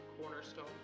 cornerstone